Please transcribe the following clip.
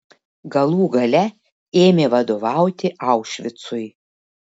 galų gale ėmė vadovauti aušvicui